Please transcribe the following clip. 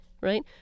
right